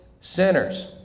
sinners